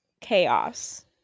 chaos